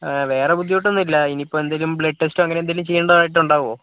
വേറെ ബുദ്ധിമുട്ടൊന്നും ഇല്ല ഇനിയിപ്പോൾ എന്തെങ്കിലും ബ്ലഡ് ടെസ്റ്റോ അങ്ങനെയെന്തെങ്കിലും ചെയ്യേണ്ടതായിട്ട് ഉണ്ടാകുമോ